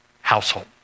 household